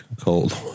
cold